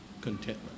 contentment